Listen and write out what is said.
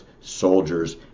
soldiers